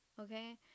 okay